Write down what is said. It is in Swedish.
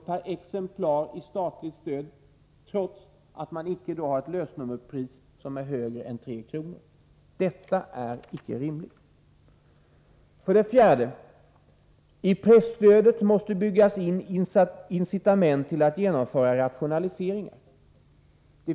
per exemplar i statligt stöd, trots att lösnummerpriset inte är högre än 3 kr. Detta är icke rimligt. 4. I presstödet måste byggas in ett incitament till att genomföra rationaliseringar.